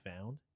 found